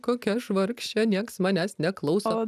kokia aš vargšė nieks manęs neklauso